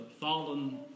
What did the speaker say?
fallen